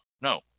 no